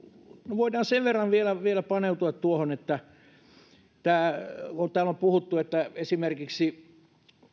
voidaan sen verran vielä vielä paneutua tuohon että kun täällä on puhuttu että esimerkiksi